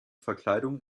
verkleidung